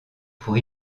pour